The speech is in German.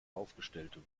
aufgestellte